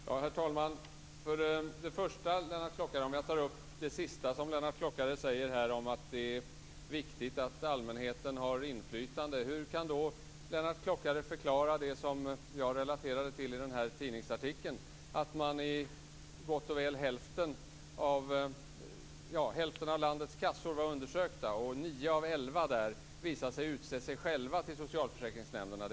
Herr talman! Jag vill börja med att ta upp det som Lennart Klockare sade i slutet av sitt anförande, att det är viktigt att allmänheten har inflytande. Hur kan då Lennart Klockare förklara det som jag relaterade till i tidningsartikeln, att det i en undersökning av hälften av landets kassor visade sig att nio av elva kassor utser sig själva till socialförsäkringsnämnderna?